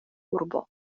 urbo